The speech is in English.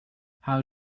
how